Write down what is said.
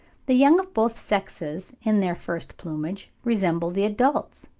the young of both sexes in their first plumage resemble the adults,